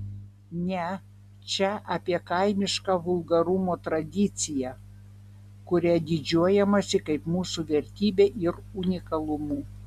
ne čia apie kaimišką vulgarumo tradiciją kuria didžiuojamasi kaip mūsų vertybe ir unikalumu